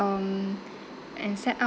um and set up